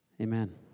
Amen